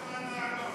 כמה אתה מוכן להעלות?